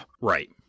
Right